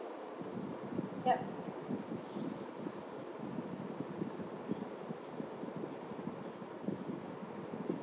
yup